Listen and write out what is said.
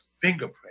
fingerprint